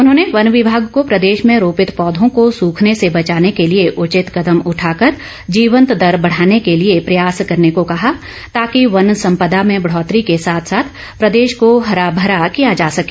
उन्होंने वन विभाग को प्रदेश में रोपित पौधों को सुखने से बचाने के लिए उचित कदम उठाकर जीवंत दर बढाने के लिए प्रयास करने को कहा ताकि वन सम्पदा में बढोतरी के साथ साथ प्रदेश को हरा भरा किया जा सके